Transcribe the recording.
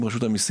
עם רשות המיסים,